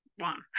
one